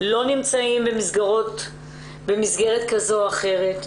לא נמצאים במסגרת כזאת או אחרת.